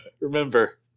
remember